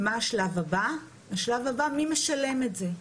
השלב הבא, מי משלם את זה.